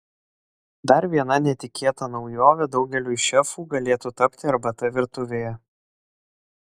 dar viena netikėta naujove daugeliui šefų galėtų tapti arbata virtuvėje